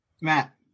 Matt